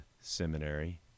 seminary